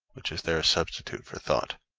which is their substitute for thought.